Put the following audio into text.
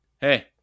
Hey